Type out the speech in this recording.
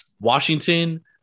Washington –